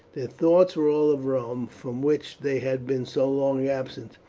their thoughts were all of rome, from which they had been so long absent,